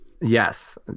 Yes